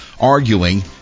arguing